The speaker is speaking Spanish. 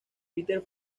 peter